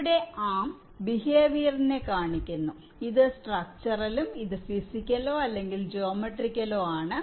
ഇവിടെ ആം ബിഹേവിയറിനെ കാണിക്കുന്നു ഇത് സ്ട്രക്ടറലും ഇത് ഫിസിക്കലോ അല്ലെങ്കിൽ ജോമെട്രിക്കലോ ആണ്